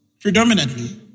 Predominantly